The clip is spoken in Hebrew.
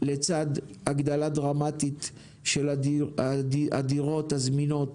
לצד הגדלה דרמטית של הדירות הזמינות.